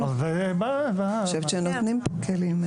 אני חושבת שנותנים פה כלים משמעותיים.